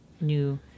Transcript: new